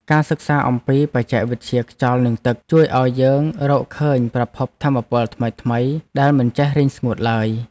ការសិក្សាអំពីបច្ចេកវិទ្យាខ្យល់និងទឹក ជួយឱ្យយើងរកឃើញប្រភពថាមពលថ្មីៗដែលមិនចេះរីងស្ងួតឡើយ។